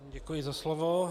Děkuji za slovo.